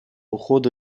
уходу